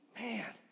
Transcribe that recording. man